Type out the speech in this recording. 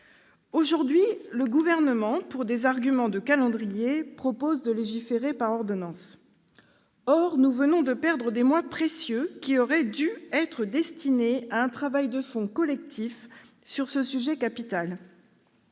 Centriste. Le Gouvernement, qui invoque des arguments de calendrier, propose de légiférer par ordonnances. Or nous venons de perdre des mois précieux qui auraient dû être destinés à un travail de fond collectif sur ce sujet capital.